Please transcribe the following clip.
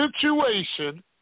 situation